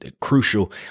crucial